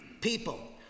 people